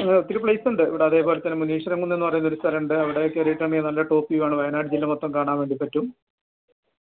അങ്ങനെ ഒത്തിരി പ്ലേസുണ്ട് ഇവിടെ അതേപോലെതന്നെ മുനീശ്വരൻ കുന്നെന്നു പറയുന്നൊരു സ്ഥലം ഉണ്ട് അവിടെ കയറിയിട്ടാണെങ്കിൽ നല്ല ടോപ്പ് വ്യൂ ആണ് വയനാട് ജില്ല മൊത്തം കാണാൻ വേണ്ടി പറ്റും